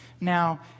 Now